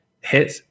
hit